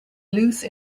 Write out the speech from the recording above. loose